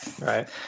right